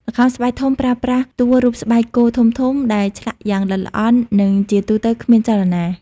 ល្ខោនស្បែកធំប្រើប្រាស់ តួរូបស្បែកគោធំៗ ដែលឆ្លាក់យ៉ាងល្អិតល្អន់ និងជាទូទៅគ្មានចលនា។